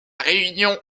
réunion